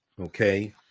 Okay